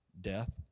Death